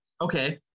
okay